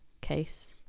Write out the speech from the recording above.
case